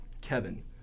Kevin